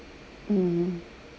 mm